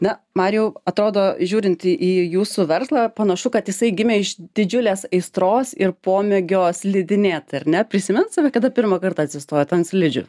na mariau atrodo žiūrinti į į jūsų verslą panašu kad jisai gimė iš didžiulės aistros ir pomėgio slidinėti ar ne prisimenat save kada pirmą kartą atsistojot ant slidžių